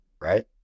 right